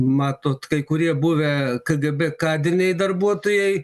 matot kai kurie buvę kgb kadriniai darbuotojai